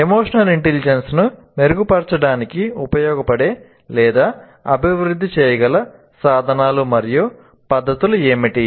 emotional intelligence ను మెరుగుపరచడానికి ఉపయోగపడే లేదా అభివృద్ధి చేయగల సాధనాలు మరియు పద్ధతులు ఏమిటి